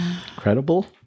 Credible